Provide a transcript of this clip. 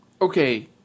Okay